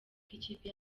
ikipe